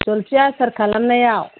जलफि आसार खालामनायाव